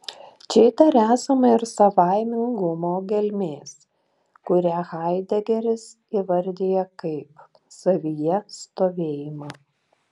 čia dar esama ir savaimingumo gelmės kurią haidegeris įvardija kaip savyje stovėjimą